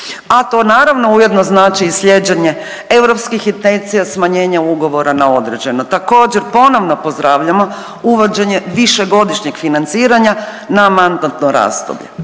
a to naravno ujedno znači i slijeđenje europskih intencija smanjenja ugovora na određeno. Također ponovno pozdravljamo uvođenje višegodišnjeg financiranja mandatno razdoblje.